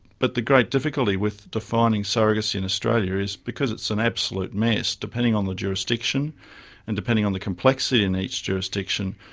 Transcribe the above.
but the great difficulty with defining surrogacy in australia is, because it's an absolute mess, depending on the jurisdiction and depending on the complexity in each jurisdiction,